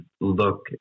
look